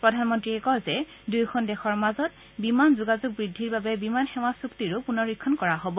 প্ৰধানমন্ত্ৰীয়ে কয় যে দুয়োখন দেশৰ মাজত বিমান যোগাযোগ বৃদ্ধিৰ বাবে বিমান সেৱা চুক্তিৰো পুনৰীক্ষণ কৰা হ'ব